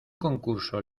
concurso